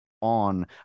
on